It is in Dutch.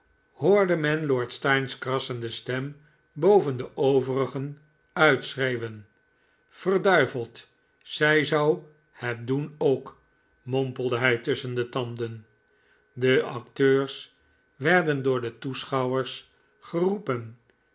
hoorde men lord steyne's krassende stem boven de overigen uit schreeuwen verd zij zou het doen ook mompelde hij tusschen de tanden de acteurs werden door de toeschouwers geroepen